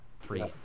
three